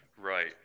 Right